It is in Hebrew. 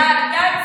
את נורבגית, למה?